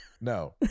no